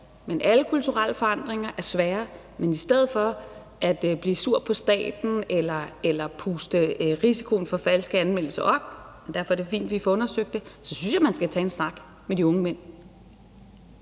her. Alle kulturelle forandringer er svære, men i stedet for at blive sur på staten eller puste risikoen for falske anmeldelser op – derfor er det fint, vi får undersøgt det – så synes jeg, at man skal tage en snak med de unge mænd,